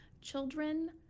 children